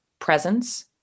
presence